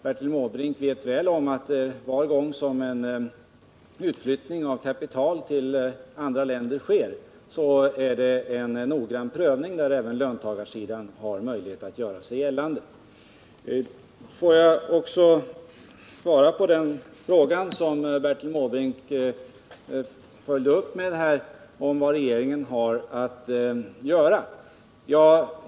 Bertil Måbrink vet mycket väl att varje gång som en utflyttning av kapital till andra länder sker blir det en noggrann prövning, där även löntagarsidan har möjlighet att göra sin röst hörd. Får jag också svara på den fråga Bertil Måbrink följde upp med och som gällde vad regeringen kunde göra.